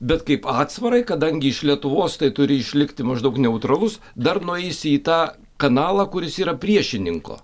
bet kaip atsvarai kadangi iš lietuvos tai turi išlikti maždaug neutralus dar nueisi į tą kanalą kuris yra priešininko